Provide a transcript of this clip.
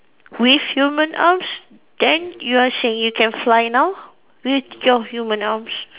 with human arms then you are saying you can fly now with your human arms